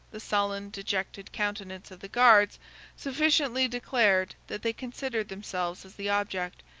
the sullen, dejected countenance of the guards sufficiently declared that they considered themselves as the object,